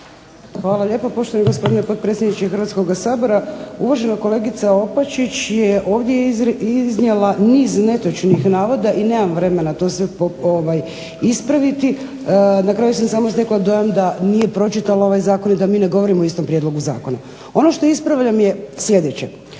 Hvala lijepo. Poštovani potpredsjedniče Hrvatskog sabora. Uvažena kolegica Opačić je ovdje iznijela niz netočnih navoda i nemam vremena to sve ispraviti. Na kraju sam samo stekla dojam da nije pročitala ovaj zakon i da mi ne govorimo o istom prijedlogu zakona. Ono što ispravljam je sljedeće,